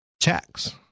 checks